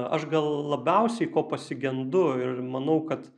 aš gal labiausiai ko pasigendu ir manau kad